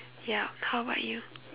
ya how bout you